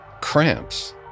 cramps